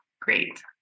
great